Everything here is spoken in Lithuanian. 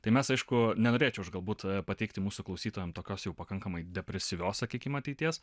tai mes aišku nenorėčiau aš galbūt pateikti mūsų klausytojam tokios jau pakankamai depresyvios sakykim ateities